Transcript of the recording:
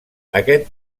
aquest